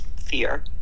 fear